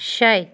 شَے